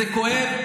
וזה כואב,